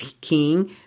king